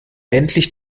endlich